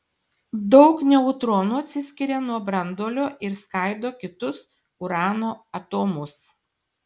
daug neutronų atsiskiria nuo branduolio ir skaido kitus urano atomus